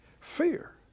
Fear